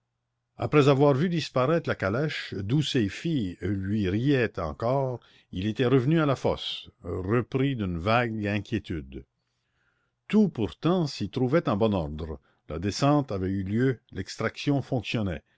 après avoir vu disparaître la calèche d'où ses filles lui riaient encore il était revenu à la fosse repris d'une vague inquiétude tout pourtant s'y trouvait en bon ordre la descente avait eu lieu l'extraction fonctionnait